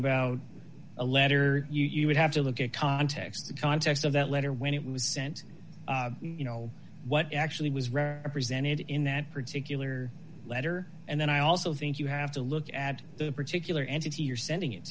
about a letter you would have to look at context the context of that letter when it was sent you know what actually was presented in that particular letter and then i also think you have to look at the particular entity you're sending it